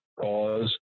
Cause